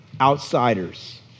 outsiders